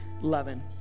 loving